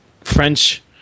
French